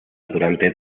durante